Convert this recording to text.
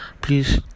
please